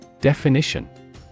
Definition